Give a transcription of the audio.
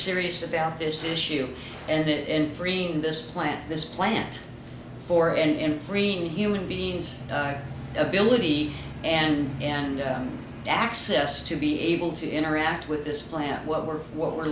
serious about this issue and it in freeing this plant this plant for and freend human beings ability and and access to be able to interact with this plant what we're what we're